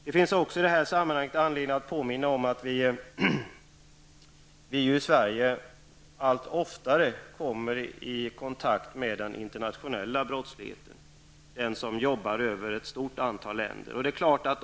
Det finns i det sammanhanget anledning att påminna om att vi i Sverige allt oftare kommer i kontakt med den internationella brottsligheten, dvs. den som omspänner ett stort antal länder.